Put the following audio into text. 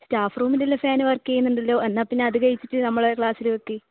staff റൂമിലില്ലെ fan work ചെയ്യുന്നുണ്ടല്ലോ എന്നാൽപ്പിന്നെ അത് കഴിച്ചിട്ട് നമ്മളെ ക്ലാസ്സിൽ വയ്ക്ക്